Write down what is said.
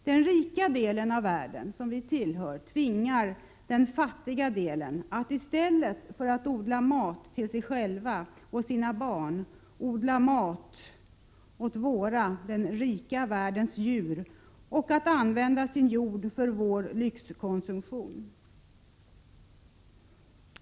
Den rika delen av världen, som vi tillhör, tvingar den fattiga delen att i stället för att odla mat till sig själv och sina barn odla mat åt våra — den rika världens — djur och att använda sin jord för vår lyxkonsumtion.